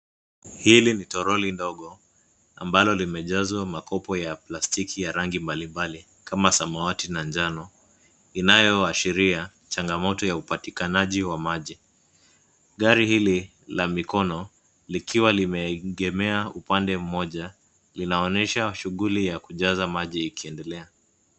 Hili ni toroli dogo ambalo limejazwa makopo ya plastiki ya rangi mbalimbali kama samawati na njano inayoashiria changamoto ya upatikanaji wa maji. Gari hili la mikono likiwa limeegemea upande mmoja linaonyesha shughuli ya kujaza maji ikiendelea.